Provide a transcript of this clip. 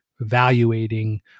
evaluating